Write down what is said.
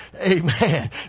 Amen